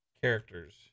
characters